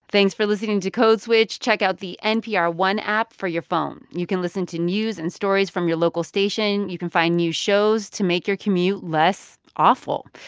things for listening to code switch. check out the npr one app for your phone. you can listen to news and stories from your local station. you can find new shows to make your commute less awful.